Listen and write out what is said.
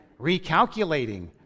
recalculating